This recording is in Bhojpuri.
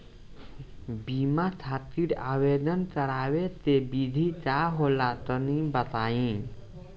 बीमा खातिर आवेदन करावे के विधि का होला तनि बताईं?